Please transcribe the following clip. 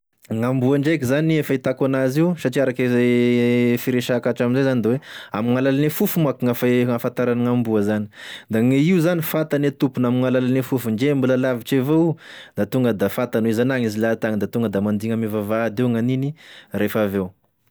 Gn'amboa ndraiky zany fahitako an'azy io satria araky re firesahako hatram'zay 'zany da hoe amin'gny alalan'ny fofo manko gny afe- gn'ahafantaran'ny gn'amboa zany, da gny io zany fantany atompony amin'gny alalan'ny fofony ndre mbola lavitry evao io da tonga da fantany hoe zanagny izy lahatagny da tonga da mandigny ame vavahady io gn'aniny rehefa avy eo.